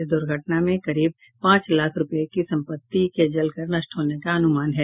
इस दुर्घटना में करीब पांच लाख रूपये की संपत्ति के जलकर नष्ट होने का अनुमान है